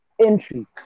entry